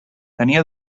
tenia